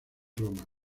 roma